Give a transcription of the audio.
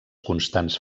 constants